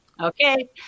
Okay